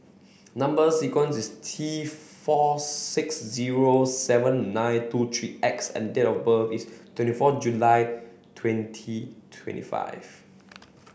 number sequence is T four six zero seven nine two three X and date of birth is twenty four July twenty twenty five